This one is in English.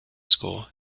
school